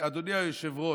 לאדוני היושב-ראש,